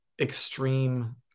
extreme